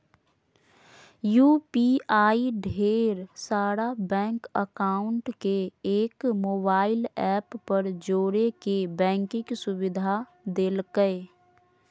UPI ढेर सारा bank account के एक मोबाइल ऐप पर जोड़े के बैंकिंग सुविधा देलकै